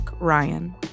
Ryan